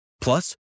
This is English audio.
Plus